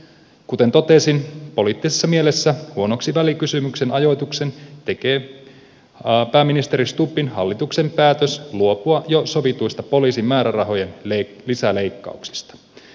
kuten totesin poliittisessa mielessä huonoksi välikysymyksen ajoituksen tekee pääministeri stubbin hallituksen päätös luopua jo sovituista poliisin määrärahojen lisäleikkauksista